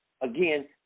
again